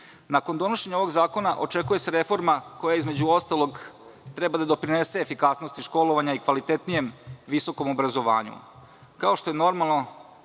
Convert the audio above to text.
Nakon donošenja ovog zakona očekuje se reforma koja, između ostalog, treba da doprinese efikasnosti školovanja i kvalitetnijem visokom obrazovanju. Kao što je normalno,